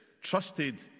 trusted